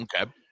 Okay